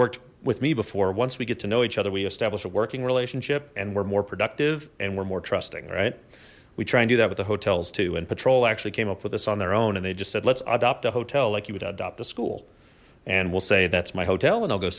worked with me before once we get to know each other we establish a working relationship and we're more productive and we're more trusting right we try and do that with the hotels too and patrol actually came up with us on their own and they just said let's adopt a hotel like you would adopt a school and we'll say that's my hotel and i'll go